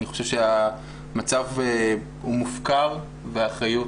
אני חושב שהמצב הוא מופקר והאחריות